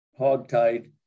hogtied